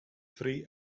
free